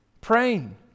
praying